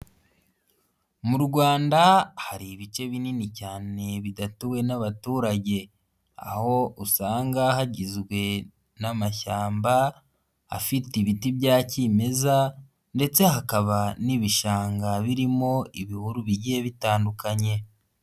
Mu Rwanda hari ibice binini cyane bidatuwe n'abaturage, aho usanga hagizwe n'amashyamba afite ibiti bya kimeza ndetse hakaba n'ibishanga birimo ibihuru bigiye bitandukanye.